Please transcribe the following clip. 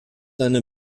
eine